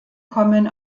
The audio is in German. kommen